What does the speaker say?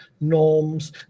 norms